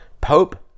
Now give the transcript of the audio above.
Pope